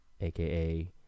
aka